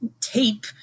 tape